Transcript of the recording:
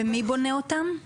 ומי בונה אותם?